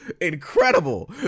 Incredible